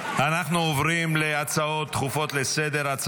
אנחנו עוברים להצעות דחופות לסדר-היום.